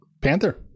Panther